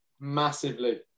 Massively